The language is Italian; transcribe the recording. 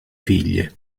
figlie